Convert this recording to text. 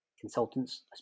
consultants